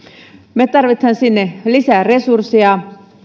me tarvitsemme sinne lisää resursseja